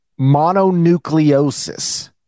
mononucleosis